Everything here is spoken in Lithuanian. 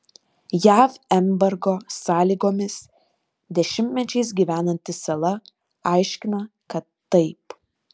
jav embargo sąlygomis dešimtmečiais gyvenanti sala aiškina kad taip